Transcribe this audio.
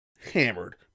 hammered